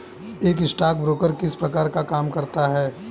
एक स्टॉकब्रोकर किस प्रकार का काम करता है?